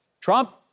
Trump